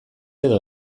edo